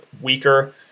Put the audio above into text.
weaker